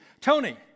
Tony